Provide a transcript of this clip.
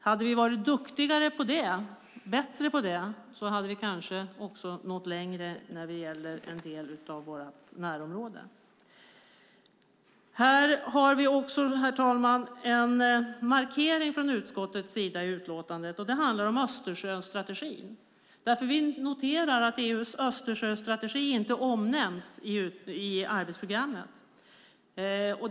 Om vi hade varit bättre på det hade vi kanske också nått längre när det gäller en del av vårt närområde. Herr talman! Här finns en markering från utskottets sida i utlåtandet. Den handlar om Östersjöstrategin. Vi noterar att EU:s Östersjöstrategi inte omnämns i arbetsprogrammet.